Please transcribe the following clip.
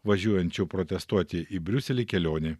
važiuojančių protestuoti į briuselį kelionė